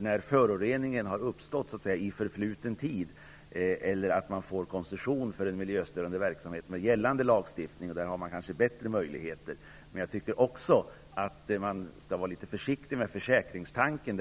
när föroreningen har uppstått i förfluten tid eller man fått koncession för miljöstörande verksamhet med gällande lagstiftning. Där finns det kanske bättre möjligheter. Jag tycker också att man skall vara litet försiktig med tankarna om försäkringar.